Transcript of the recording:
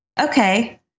Okay